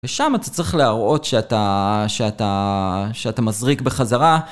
ושם אתה צריך להראות שאתה, שאתה, שאתה מזריק בחזרה.